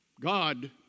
God